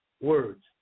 words